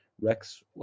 Rex